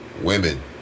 Women